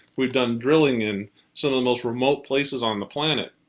we've done drilling in some of the most remote places on the planet,